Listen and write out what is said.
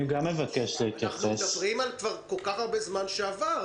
אנחנו מדברים על כל כך הרבה זמן שעבר,